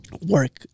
Work